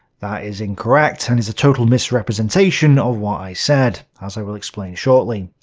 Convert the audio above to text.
that is incorrect, and is a total misrepresentation of what i said, as i will explain shortly.